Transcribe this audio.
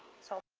so